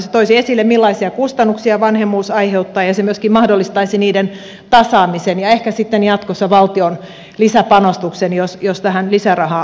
se toisi esille millaisia kustannuksia vanhemmuus aiheuttaa ja se myöskin mahdollistaisi niiden tasaamisen ja ehkä sitten jatkossa valtion lisäpanostuksen jos tähän lisärahaa löydettäisiin